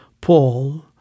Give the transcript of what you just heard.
Paul